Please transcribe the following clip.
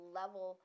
level